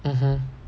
mmhmm